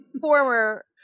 former